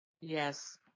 Yes